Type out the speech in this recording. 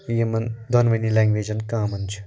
یِمَن دۄنؤنی لٛنگویجَن کامَن چھِ